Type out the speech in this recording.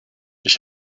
ich